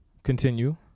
Continue